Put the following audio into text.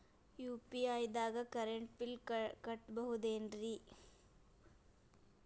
UPI ದಾಗ current bill ಕಟ್ಟಬಹುದೇನ್ರಿ?